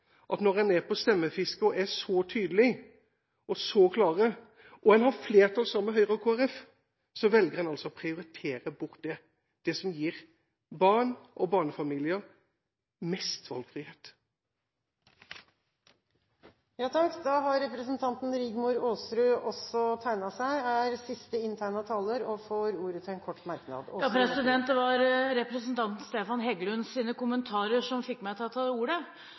at en, når en er på stemmefiske og er så tydelige og så klare, og en har flertall sammen med Venstre og Kristelig Folkeparti, altså velger å prioritere bort det som gir barn og barnefamilier mest valgfrihet. Representanten Rigmor Aasrud har hatt ordet to ganger tidligere og får ordet til en kort merknad, begrenset til 1 minutt. Det var representanten Stefan Heggelunds kommentarer som fikk meg til å ta ordet.